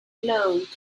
glowed